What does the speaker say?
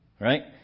right